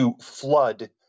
flood